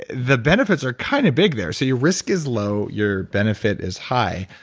the benefits are kind of big there, so your risk is low. your benefit is high.